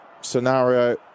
scenario